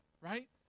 right